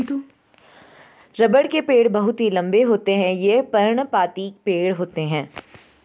रबड़ के पेड़ बहुत ही लंबे होते हैं ये पर्णपाती पेड़ होते है